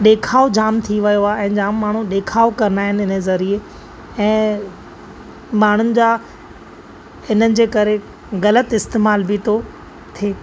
ॾेखांव जाम थी वियो आहे ऐं जाम माण्हू ॾेखांव कंदा आहिनि हिन ज़रीए ऐं माण्हुनि जा हिनजे करे ग़लति इस्तेमालु बि थो थिए